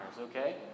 okay